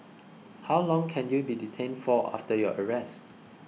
how long can you be detained for after your arrest